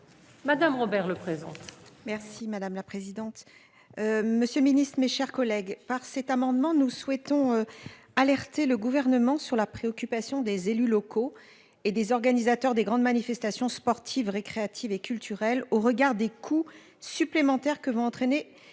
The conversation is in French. Madame Robert le présente. Merci madame la présidente. Monsieur le Ministre, mes chers collègues par cet amendement. Nous souhaitons alerter le gouvernement sur la préoccupation des élus locaux et des organisateurs des grandes manifestations sportives, récréatives et culturelles au regard des coûts supplémentaires que vont entraîner